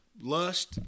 lust